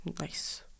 Nice